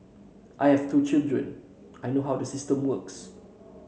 I have two children I know how the system works